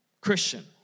Christian